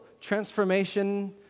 transformation